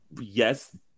Yes